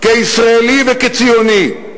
כישראלי וכציוני.